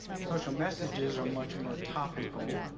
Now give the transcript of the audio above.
social messages are much more topical,